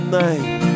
night